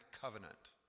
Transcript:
covenant